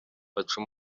baca